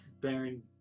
Baron